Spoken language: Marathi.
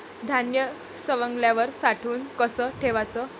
धान्य सवंगल्यावर साठवून कस ठेवाच?